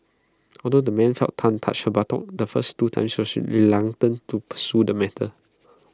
although the man felt Tan touch her buttock the first two she reluctant to pursue the matter